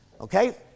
Okay